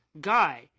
guy